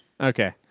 Okay